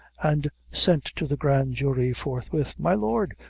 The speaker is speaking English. and sent to the grand jury forthwith. my lord,